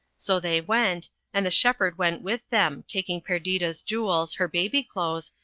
so they went, and the shepherd went with them, taking perdita's jewels, her baby clothes,